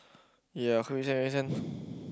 ya